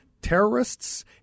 terrorists